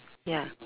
ya